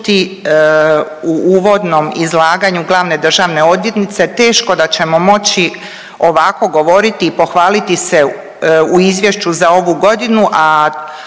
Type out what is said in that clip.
u uvodnom izlaganju glavna glavne državne odvjetnice teško da ćemo moći ovako govoriti i pohvaliti se u izvješću za ovu godinu,